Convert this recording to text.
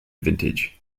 vintage